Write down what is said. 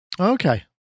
Okay